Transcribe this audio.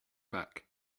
back